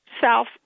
South